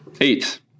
Eight